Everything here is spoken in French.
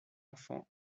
enfant